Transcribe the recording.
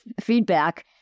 feedback